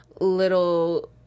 little